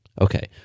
Okay